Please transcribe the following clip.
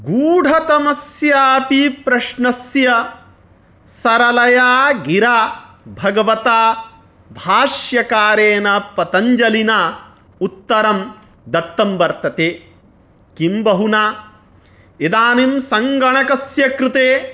गूढतमस्यापि प्रश्नस्य सरलया गिरा भगवता भाष्यकारेण पतञ्जलिना उत्तरं दत्तं वर्तते किं बहुना इदानीं सङ्गणकस्य कृते